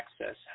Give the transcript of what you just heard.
access